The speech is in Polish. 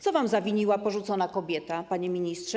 Co wam zawiniła porzucona kobieta, panie ministrze?